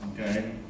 okay